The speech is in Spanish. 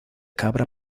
cabra